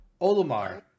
Olimar